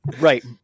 Right